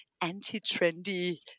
anti-trendy